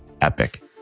epic